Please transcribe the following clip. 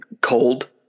cold